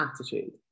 attitude